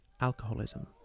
alcoholism